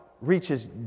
reaches